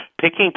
picking